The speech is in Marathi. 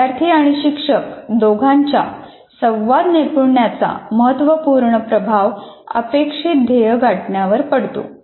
विद्यार्थी आणि शिक्षक दोघांच्या संवाद नैपुण्याचा महत्त्वपूर्ण प्रभाव अपेक्षित ध्येय गाठण्यावर पडतो